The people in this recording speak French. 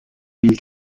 mille